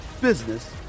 business